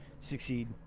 succeed